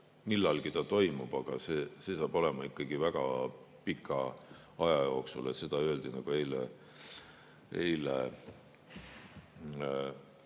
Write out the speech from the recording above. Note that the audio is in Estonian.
Millalgi ta toimub, aga see saab olema ikkagi väga pika aja jooksul. Seda öeldi eile